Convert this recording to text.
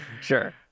sure